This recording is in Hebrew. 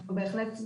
אנחנו בהחלטה,